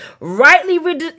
rightly